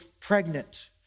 pregnant